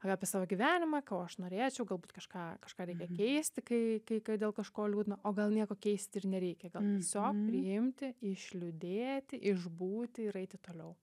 apie savo gyvenimą ko aš norėčiau galbūt kažką kažką reikia keisti kai dėl kažko liūdna o gal nieko keisti ir nereikia gal tiesiog priimti išliūdėti išbūti ir eiti toliau